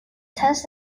test